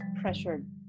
pressured